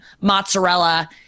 mozzarella